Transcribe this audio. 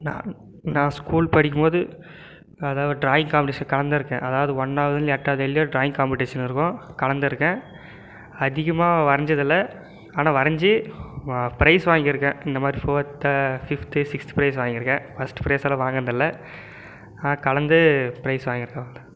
நான் நான் ஸ்கூல் படிக்கும்போது அதாவது டிராயிங் காம்படிஷன் கலந்திருக்கேன் அதாவது ஒன்னாவதுலந்து எட்டாவது வரலியும் டிராயிங் காம்படிஷன் இருக்கும் கலந்திருக்கேன் அதிகமாக வரைஞ்சதில்ல ஆனால் வரஞ்சு பா பிரைஸ் வாங்கியிருக்கேன் இந்தமாதிரி ஃபோர்த் ஃபிஃப்த்து சிக்ஸ்த் பிரைஸ் வாங்கியிருக்கேன் ஃபஸ்ட்டு பிரைஸெல்லாம் வாங்கினதில்ல கலந்து பிரைஸ் வாங்கியிருக்கேன்